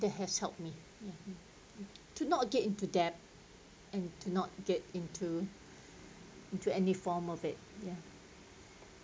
it has helped me to not get into debt and to not get into into to any form of it ya